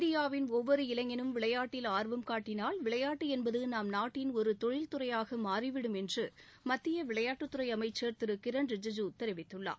இந்தியாவின் ஒவ்வொரு இளைஞனும் விளையாட்டில் ஆர்வம் காட்டினால் விளையாட்டு என்பது நம் நாட்டின் ஒரு தொழில் துறையாக மாறிவிடும் என்று மத்திய விளையாட்டுத்துறை அமைச்ச் திரு கிரண் ரிஜிஜூ தெரிவித்துள்ளார்